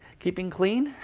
keeping clean?